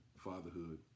fatherhood